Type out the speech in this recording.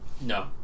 No